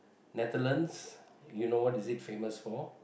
Netherland you know what it is famous for